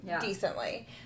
decently